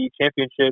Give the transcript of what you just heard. championship